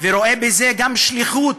ורואה בזה גם שליחות,